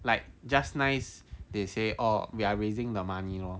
like just nice they say orh we are raising the money lor